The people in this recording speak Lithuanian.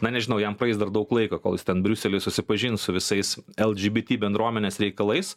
na nežinau jam praeis dar daug laiko kol jis ten briusely susipažins su visais lgbt bendruomenės reikalais